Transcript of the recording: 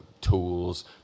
tools